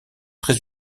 très